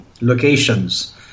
locations